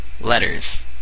letters